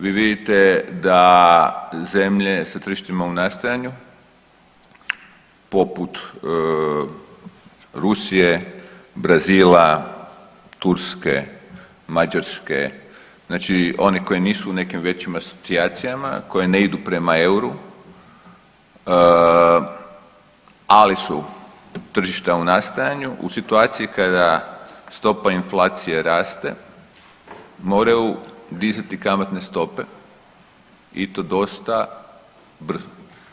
Vi vidite da zemlje sa tržištima u nastajanju poput Rusije, Brazila, Turske, Mađarske, znači one koje nisu u nekim većim asocijacijama koje ne idu prema EUR-u, ali su tržišta u nastajanju u situaciji kada stopa inflacije raste moraju dizati kamatne stope i to dosta brzo.